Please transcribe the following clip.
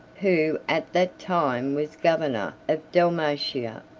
who at that time was governor of dalmatia.